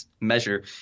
measure